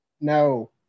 no